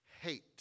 Hate